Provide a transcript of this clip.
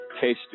case